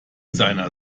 seiner